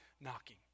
knocking